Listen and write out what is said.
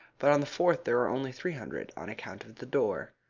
but on the fourth there are only three hundred, on account of the door,